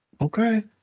Okay